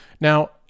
Now